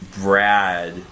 Brad